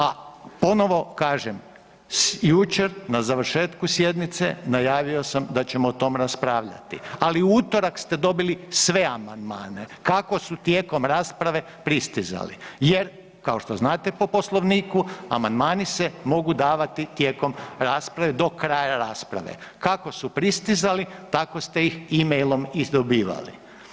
A ponovno kažem jučer na završetku sjednice najavio sam da ćemo o tome raspravljati, ali u utorak ste dobili sve amandmane kako su tijekom rasprave pristizali jer kao što znate po Poslovniku amandmani se mogu davati tijekom rasprave do kraja rasprave, kako su pristizali tamo ste ih emailom i dobivali.